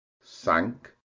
sank